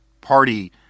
party